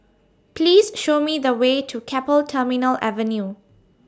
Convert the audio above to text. Please Show Me The Way to Keppel Terminal Avenue